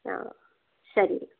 ಹಾಂ ಸರೀರಿ